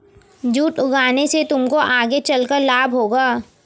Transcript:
jute उगाने से तुमको आगे चलकर लाभ होगा